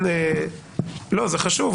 זה חשוב,